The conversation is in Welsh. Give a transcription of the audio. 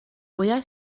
wyau